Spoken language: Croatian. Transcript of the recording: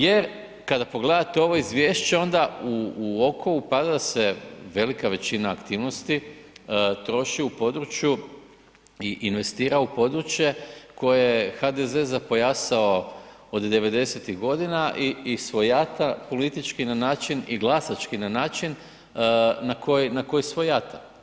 Jer kada pogledate ovo izvješće onda u oko upada se da se velika većina aktivnosti troši u području i investira u područje koje je HDZ zapojasao od '90.-tih godina i svojata politički na način i glasački na način na koji svojata.